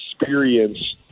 experience